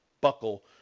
buckle